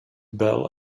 bell